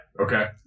Okay